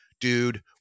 dude